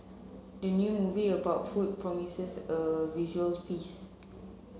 the new movie about food promises a visual feast